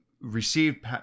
received